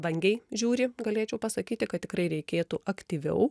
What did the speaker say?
vangiai žiūri galėčiau pasakyti kad tikrai reikėtų aktyviau